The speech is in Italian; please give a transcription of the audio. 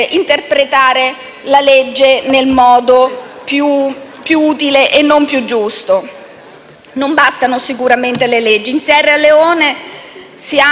interpretare la legge nel modo più utile e non più giusto. Non bastano sicuramente le leggi: